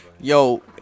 Yo